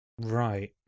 Right